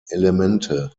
elemente